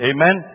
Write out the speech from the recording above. Amen